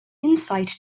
insight